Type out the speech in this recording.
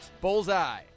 Bullseye